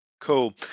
cool